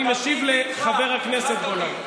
אני משיב לחבר הכנסת גולן.